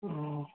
ओह्ह्